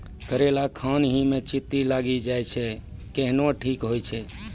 करेला खान ही मे चित्ती लागी जाए छै केहनो ठीक हो छ?